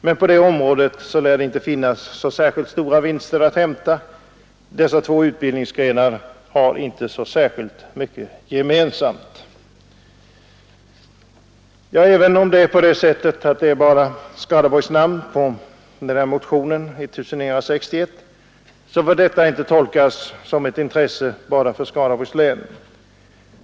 Men på detta område lär det inte finnas några stora vinster att hämta; dessa två utbildningsgrenar har inte särskilt mycket gemensamt. Att det bara finns Skaraborgsnamn på motion 1961 får inte tolkas så, att detta är av intresse bara för Skaraborgs län.